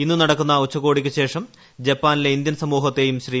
ഇന്ന് നടക്കുന്ന ഉച്ചകോടിക്കു ശേഷം ജപ്പാനിലെ ഇന്ത്യൻ സമൂഹത്തെയും ശ്രീ